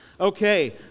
Okay